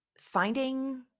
finding